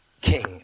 king